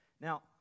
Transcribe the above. Now